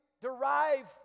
derive